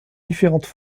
différentes